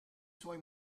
suoi